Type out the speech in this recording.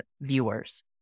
viewers